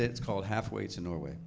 it's called halfway to norway